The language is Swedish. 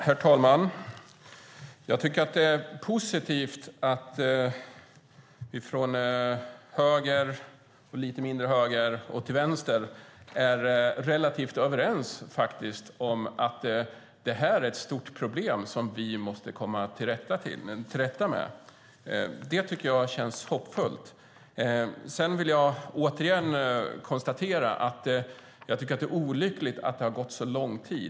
Herr talman! Jag tycker att det är positivt att vi från höger, lite mindre höger och i mitt fall vänster är relativt överens om att detta är ett stort problem som vi måste komma till rätta med. Det känns hoppfullt. Jag vill återigen konstatera att det är olyckligt att det har gått så lång tid.